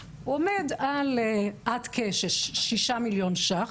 עומד על עד כשישה מיליון ₪,